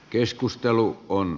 keskustelu on